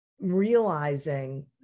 realizing